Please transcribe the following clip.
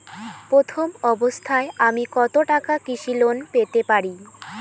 প্রথম অবস্থায় আমি কত টাকা কৃষি লোন পেতে পারি?